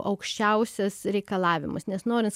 aukščiausius reikalavimus nes norint